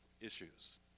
issues